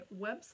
website